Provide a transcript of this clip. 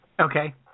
Okay